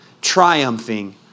triumphing